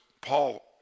Paul